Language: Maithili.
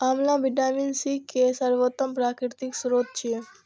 आंवला विटामिन सी के सर्वोत्तम प्राकृतिक स्रोत छियै